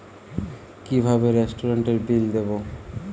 কিভাবে রেস্টুরেন্টের বিল দেবো?